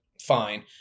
fine